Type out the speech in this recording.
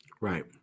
Right